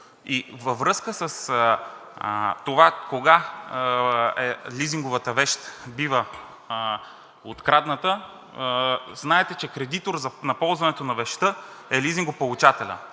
И във връзка с това кога лизинговата вещ бива открадната, знаете, че кредитор на ползването на вещта е лизингополучателят.